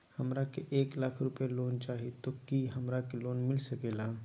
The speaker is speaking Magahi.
हमरा के एक लाख रुपए लोन चाही तो की हमरा के लोन मिलता सकेला?